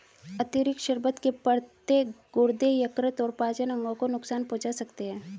अतिरिक्त शर्बत के पत्ते गुर्दे, यकृत और पाचन अंगों को नुकसान पहुंचा सकते हैं